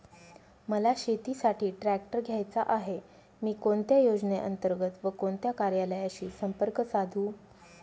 मला शेतीसाठी ट्रॅक्टर घ्यायचा आहे, मी कोणत्या योजने अंतर्गत व कोणत्या कार्यालयाशी संपर्क साधू?